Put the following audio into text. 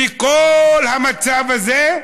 בכל המצב הזה,